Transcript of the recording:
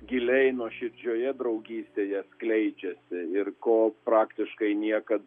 giliai nuoširdžioje draugystėje skleidžiasi ir ko praktiškai niekad